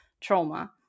trauma